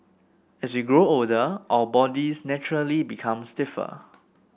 as we grow older our bodies naturally become stiffer